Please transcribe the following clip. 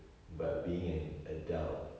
but being an adult